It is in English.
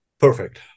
perfect